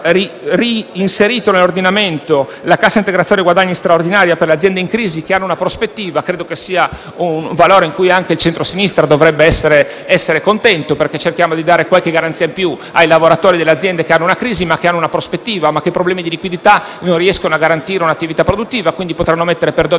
reinserito nell’ordinamento la Cassa integrazione guadagni straordinaria per le aziende in crisi che hanno una prospettiva è, a mio giudizio, un valore di cui anche il centrosinistra dovrebbe essere contento. Cerchiamo, in questo modo, di dare qualche garanzia in più ai lavoratori delle aziende, che attraversano una crisi ma hanno una prospettiva e che per problemi di liquidità non riescono a garantire un’attività produttiva. Quindi, grazie a tale misura,